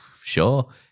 Sure